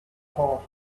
horse